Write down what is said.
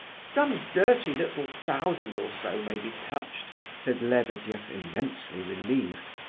some dirty little thousand or so may be touched, said lebedeff, immensely relieved,